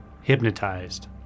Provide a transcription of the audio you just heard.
hypnotized